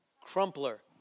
Crumpler